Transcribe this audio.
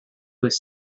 was